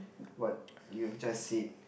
what you have just said